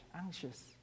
anxious